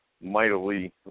mightily